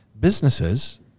Businesses